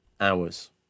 hours